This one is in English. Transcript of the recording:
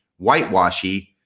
whitewashy